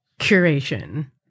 curation